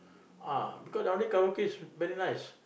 ah because down here karaoke very nice